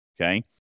okay